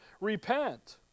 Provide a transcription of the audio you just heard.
Repent